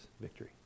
victory